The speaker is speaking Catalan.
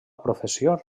professió